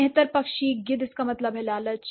मेहतर पक्षी गिद्ध इसका मतलब है लालच